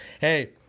hey